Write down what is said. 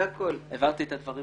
העברתי את הדברים